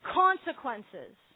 consequences